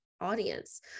audience